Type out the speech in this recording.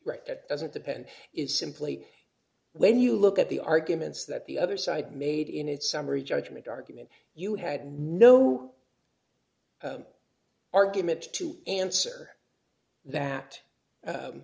right that doesn't depend is simply when you look at the arguments that the other side made in its summary judgment argument you had no arguments to answer that